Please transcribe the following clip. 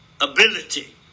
ability